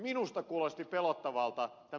minusta kuulosti pelottavalta ed